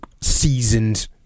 seasoned